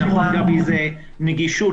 נגישות